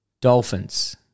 Dolphins